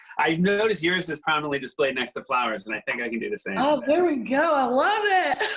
i notice yours is prominently displayed next to the flowers, and i think i can do the same. oh, there we go. i love it!